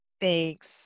Thanks